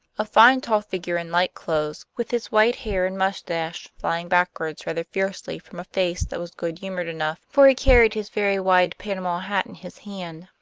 a fine tall figure in light clothes, with his white hair and mustache flying backwards rather fiercely from a face that was good-humored enough, for he carried his very wide panama hat in his hand,